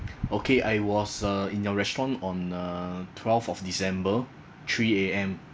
okay I was uh in your restaurant on uh twelve of december three A _M